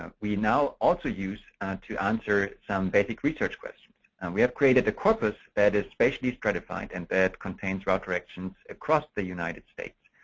um we now also use to answer some basic research questions. and we have created a corpus that is spatially stratified and that contains route directions across the united states.